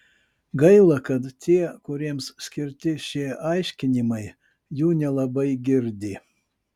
gaila kad tie kuriems skirti šie aiškinimai jų nelabai girdi